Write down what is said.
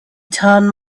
turn